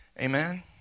amen